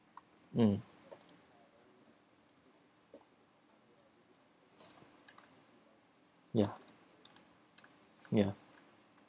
mm ya ya